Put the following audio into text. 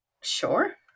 Sure